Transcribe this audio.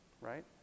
right